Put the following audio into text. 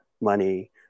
money